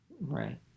Right